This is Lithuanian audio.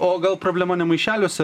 o gal problema ne maišeliuose